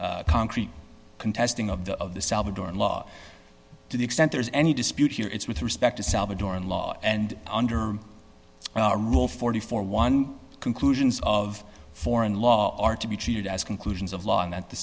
any concrete contesting of the of the salvadoran law to the extent there is any dispute here it's with respect to salvadoran law and under a rule four hundred and forty one conclusions of foreign law are to be treated as conclusions of law and that the